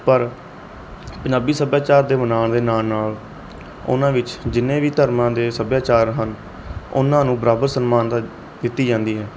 ਪਰ ਪੰਜਾਬੀ ਸੱਭਿਆਚਾਰ ਦੇ ਮਨਾਉਣ ਦੇ ਨਾਲ ਨਾਲ ਉਹਨਾਂ ਵਿੱਚ ਜਿੰਨੇ ਵੀ ਧਰਮਾਂ ਦੇ ਸੱਭਿਆਚਾਰ ਹਨ ਉਹਨਾਂ ਨੂੰ ਬਰਾਬਰ ਸਨਮਾਨਤਾ ਦਿੱਤੀ ਜਾਂਦੀ ਹੈ